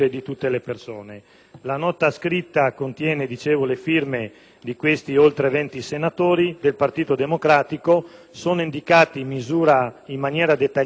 firme di oltre venti senatori del Partito Democratico. Sono indicati in maniera dettagliata gli emendamenti che vengono contestati